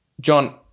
John